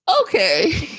okay